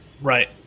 Right